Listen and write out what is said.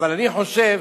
אני חושב